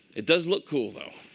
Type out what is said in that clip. it does look cool though.